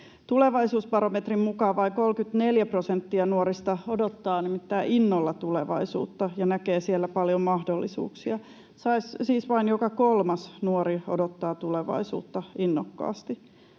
Tulevaisuusbarometrin mukaan nimittäin vain 34 prosenttia nuorista odottaa innolla tulevaisuutta ja näkee siellä paljon mahdollisuuksia. Siis vain joka kolmas nuori odottaa tulevaisuutta innokkaasti.